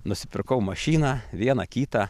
nusipirkau mašiną vieną kitą